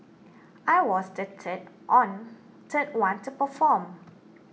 I was the third on one to perform